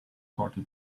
party